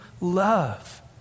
love